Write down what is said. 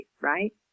right